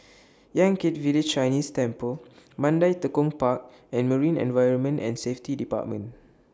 Yan Kit Village Chinese Temple Mandai Tekong Park and Marine Environment and Safety department